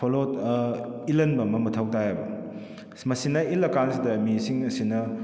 follow ꯏꯜꯍꯟꯕ ꯑꯃ ꯃꯊꯧ ꯇꯥꯏꯑꯕ ꯃꯁꯤꯅ ꯏꯜꯂ ꯀꯥꯟꯁꯤꯗ ꯃꯤꯁꯤꯡ ꯑꯁꯤꯅ